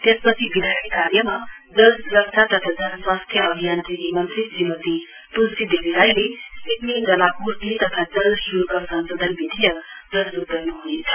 त्यसपछि विधायी कार्यमा जलसुरक्षा तथा जनस्वास्थ्य अभियान्त्रिकी मन्त्री श्रीमती तुलसी देवी राईले सिक्किम जलापूर्ति तथा जल शुल्क संशोधन विधेयक प्रस्तुत गर्नुह्नेछ